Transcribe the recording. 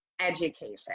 education